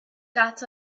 dots